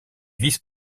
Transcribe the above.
vice